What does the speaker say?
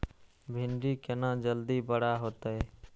भिंडी केना जल्दी बड़ा होते?